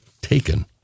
taken